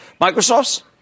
Microsoft's